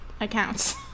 accounts